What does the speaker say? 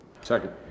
Second